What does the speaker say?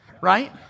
Right